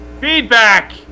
feedback